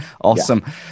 Awesome